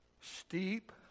steep